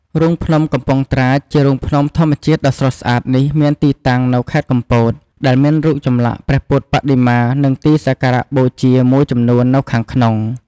រូងភ្នំកំពង់ត្រាច ជារូងភ្នំធម្មជាតិដ៏ស្រស់ស្អាតនេះមានទីតាំងនៅខេត្តកំពត ដែលមានរូបចម្លាក់ព្រះពុទ្ធបដិមា និងទីសក្ការបូជាមួយចំនួននៅខាងក្នុង។